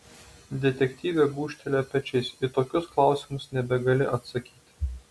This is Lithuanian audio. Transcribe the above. detektyvė gūžtelėjo pečiais į tokius klausimus nebegali atsakyti